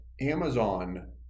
Amazon